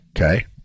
okay